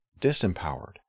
disempowered